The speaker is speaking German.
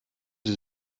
sie